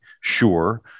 Sure